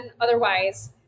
otherwise